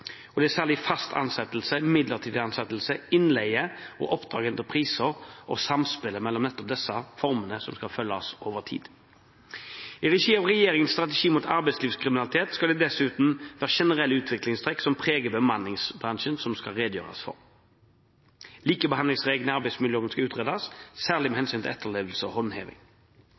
Det er særlig fast ansettelse, midlertidig ansettelse, innleie, oppdrag/entrepriser og samspillet mellom nettopp disse formene som skal følges over tid. I regi av regjeringens strategi mot arbeidslivskriminalitet skal dessuten de generelle utviklingstrekk som preger bemanningsbransjen, redegjøres for. Likebehandlingsreglene i arbeidsmiljøloven skal utredes, særlig med